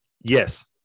Yes